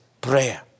prayer